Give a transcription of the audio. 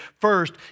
First